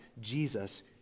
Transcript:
Jesus